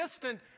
distant